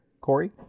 Corey